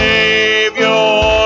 Savior